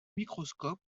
microscope